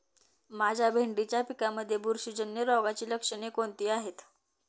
माझ्या भेंडीच्या पिकामध्ये बुरशीजन्य रोगाची लक्षणे कोणती आहेत?